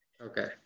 Okay